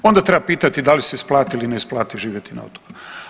Onda treba pitati da li se isplati ili ne isplati živjeti na otoku.